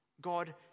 God